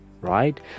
right